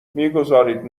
میگذارید